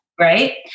right